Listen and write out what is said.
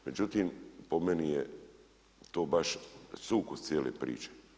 Međutim, po meni je to baš sukus cijele priče.